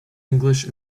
english